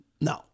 No